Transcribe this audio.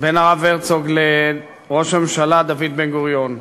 בין הרב הרצוג לראש הממשלה דוד בן-גוריון.